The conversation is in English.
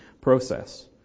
process